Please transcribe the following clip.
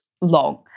long